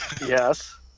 Yes